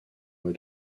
mois